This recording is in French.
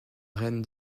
reine